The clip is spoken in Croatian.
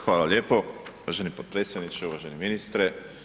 Hvala lijepo uvaženi potpredsjedniče, uvaženi ministre.